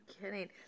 kidding